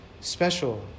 special